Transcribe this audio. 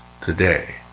today